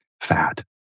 fat